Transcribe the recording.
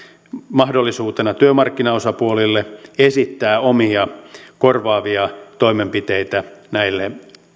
mahdollisuutena työmarkkinaosapuolille esittää omia korvaavia toimenpiteitä näille